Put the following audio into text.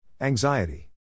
Anxiety